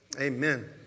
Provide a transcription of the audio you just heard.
Amen